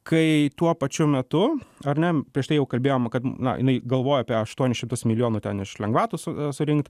kai tuo pačiu metu ar ne prieš tai jau kalbėjom kad na jinai galvojo apie aštuonis šimtus milijonų ten iš lengvatos surinkt